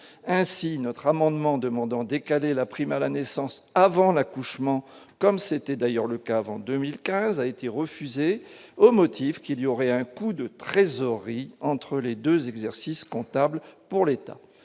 l'ainsi notre amendement demandant des cadres, la prime à la naissance avant l'accouchement, comme c'était d'ailleurs le cas avant 2015 a été refusée au motif qu'il y aurait un coût de trésorerie entre les 2 exercices comptables pour l'État